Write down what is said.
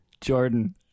Jordan